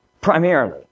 primarily